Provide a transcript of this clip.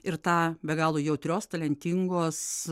ir tą be galo jautrios talentingos